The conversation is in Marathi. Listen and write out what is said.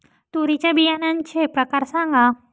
तूरीच्या बियाण्याचे प्रकार सांगा